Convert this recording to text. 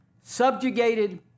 subjugated